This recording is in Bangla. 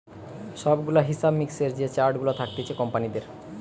সব গুলা হিসাব মিক্সের যে চার্ট গুলা থাকতিছে কোম্পানিদের